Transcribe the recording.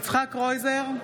יצחק קרויזר,